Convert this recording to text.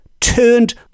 turned